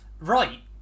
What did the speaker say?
Right